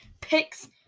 picks